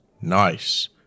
nice